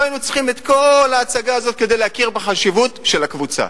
לא היינו צריכים את כל ההצגה הזאת כדי להכיר בחשיבות של הקבוצה,